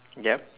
yup